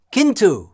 Kintu